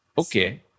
Okay